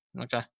okay